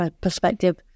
perspective